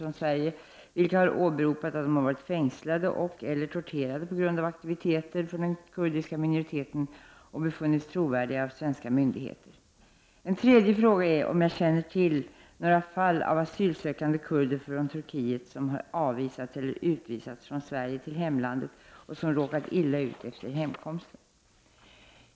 Han frågar vidare om det finns exempel på att asylsökande kurder från Turkiet avvisats eller utvisats från Sverige, vilka har åberopat att de varit fängslade och/eller torterade på grund av aktiviteter för den kurdiska minoriteten och befunnits trovärdiga av svenska myndigheter. En tredje fråga är om jag känner till några fall av asylsökande kurder från Turkiet som avvisats eller utvisats från Sverige till hemlandet och som råkat illa ut efter hemkomsten.